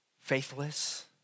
faithless